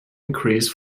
increase